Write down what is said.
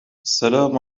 السلام